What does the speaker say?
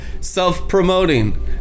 Self-promoting